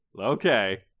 Okay